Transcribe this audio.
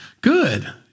good